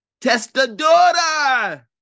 testadora